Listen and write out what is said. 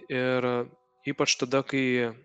ir ypač tada kai